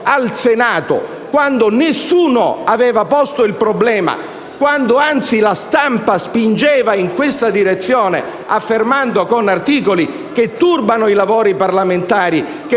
al Senato, quando nessuno aveva posto il problema, quando - anzi - la stampa spingeva in questa direzione, affermando, con articoli che turbano i lavori parlamentari, che